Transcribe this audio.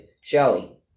Shelly